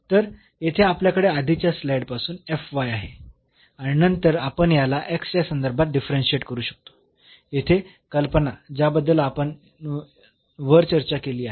तर येथे आपल्याकडे आधीच्या स्लाईड पासून आहे आणि नंतर आपण याला च्या संदर्भात डिफरन्शियेट करू शकतो येथे कल्पना ज्याबद्दल आपण वर चर्चा केली आहे